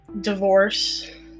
divorce